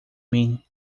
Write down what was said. mim